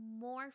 more